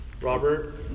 Robert